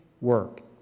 work